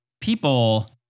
people